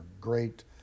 great